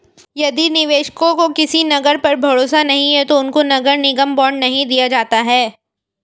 यदि निवेशकों को किसी नगर पर भरोसा नहीं है तो उनको नगर निगम बॉन्ड नहीं दिया जाता है